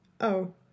Oh